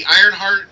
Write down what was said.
Ironheart